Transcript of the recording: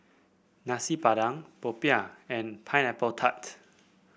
Nasi Padang popiah and Pineapple Tart